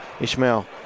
Ishmael